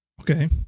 Okay